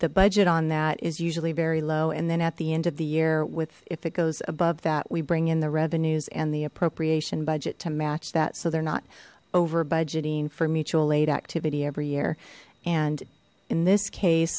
the budget on that is usually very low and then at the end of the year with if it goes above that we bring in the revenues and the appropriation budget to match that so they're not over budgeting for mutual aid activity every year and in this case